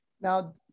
Now